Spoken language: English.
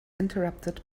interrupted